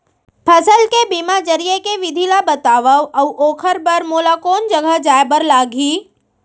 फसल के बीमा जरिए के विधि ला बतावव अऊ ओखर बर मोला कोन जगह जाए बर लागही?